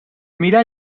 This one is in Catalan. mira